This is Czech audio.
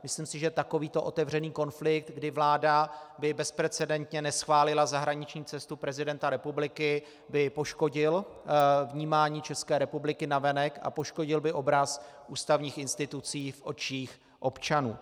Myslím si, že takovýto otevřený konflikt, kdy vláda by bezprecedentně neschválila zahraniční cestu prezidenta republiky, by poškodil vnímání České republiky navenek a poškodil by obraz ústavních institucí v očích občanů.